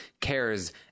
cares